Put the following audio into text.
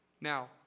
Now